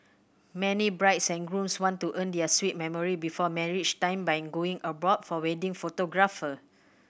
many brides and grooms want to earn their sweet memory before marriage time by going abroad for wedding photographer